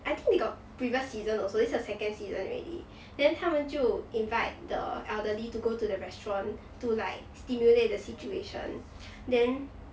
I think they got previous seasons also this is a second season already then 他们就 invite the elderly to go to the restaurant to like stimulate the situation then